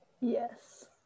Yes